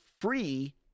free